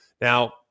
now